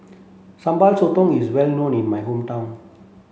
Sambal Sotong is well known in my hometown